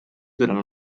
durant